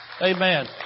Amen